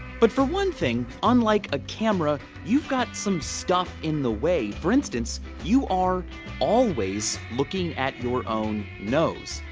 but for one thing, unlike a camera, you've got some stuff in the way. for instance, you are always looking at your own nose,